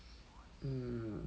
um